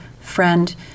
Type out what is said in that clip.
friend